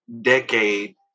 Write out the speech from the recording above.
decade